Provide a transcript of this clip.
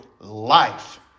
life